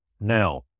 Now